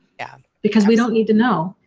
yeah. because we don't need to know,